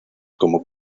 como